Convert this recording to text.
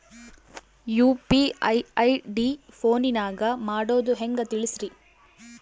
UPI ID ಫೋನಿನಾಗ ಮಾಡೋದು ಹೆಂಗ ತಿಳಿಸ್ರಿ?